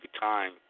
time